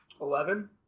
Eleven